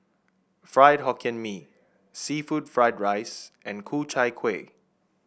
Fried Hokkien Mee seafood Fried Rice and Ku Chai Kuih